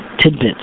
tidbits